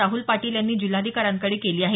राहुल पाटील यांनी जिल्हाधिकाऱ्यांकडे केली आहे